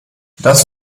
das